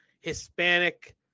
Hispanic